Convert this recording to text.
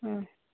ಹಾಂ